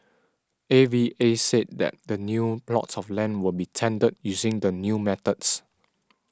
A V A said the new plots of land will be tendered using the new methods